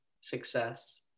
success